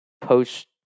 post